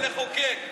לחוקק ולחוקק ולחוקק.